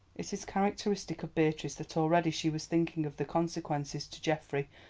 it is characteristic of beatrice that already she was thinking of the consequences to geoffrey,